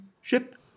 ship